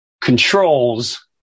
controls